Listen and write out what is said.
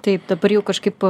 taip dabar jau kažkaip